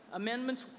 amendments,